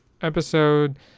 episode